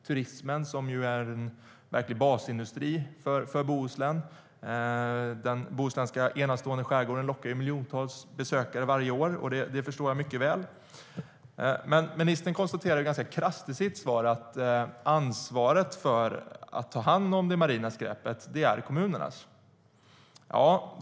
Turismen är ju verkligen en basindustri för Bohuslän. Den enastående bohuslänska skärgården lockar miljontals besökare varje år, och det förstår jag mycket väl. Ministern konstaterar ganska krasst i sitt svar att ansvaret för att ta hand om det marina skräpet är kommunernas.